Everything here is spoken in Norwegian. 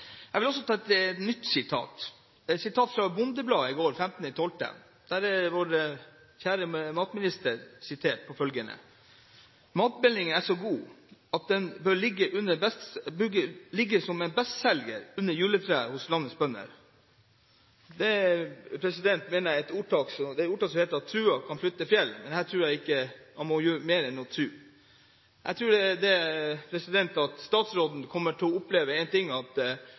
Jeg vil ta et nytt sitat, fra Bondebladet. Der er vår kjære matminister sitert på følgende: «Matmeldingen er så god at den bør ligge som en bestselger under juletreet hos landets bønder.» Det er et ordtak som heter at tro kan flytte fjell, men her må man nok gjøre mer enn å tro. Jeg tror at statsråden kommer til å oppleve én ting: Det kommer til å bli en bestselger, men det kommer til å bli en